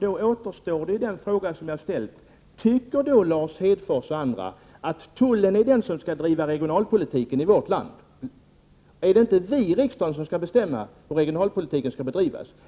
Då återstår den fråga som jag redan tidigare ställt: Tycker Lars Hedfors och andra att tullen skall svara för regionalpolitiken i vårt land? Är det inte vi i riksdagen som skall bestämma hur regionalpolitiken skall bedrivas?